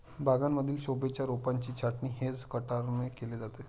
बागांमधील शोभेच्या रोपांची छाटणी हेज कटरने केली जाते